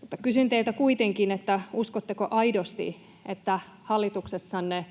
Mutta kysyn teiltä kuitenkin: Uskotteko aidosti, että hallituksessanne